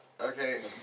Okay